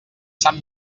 sant